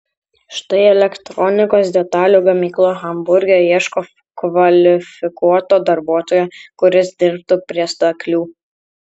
štai elektronikos detalių gamykla hamburge ieško kvalifikuoto darbuotojo kuris dirbtų prie staklių